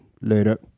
Later